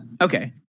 Okay